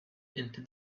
into